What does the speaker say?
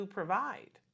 provide